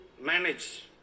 manage